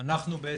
אם כל